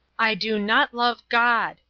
i do not love god,